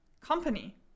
company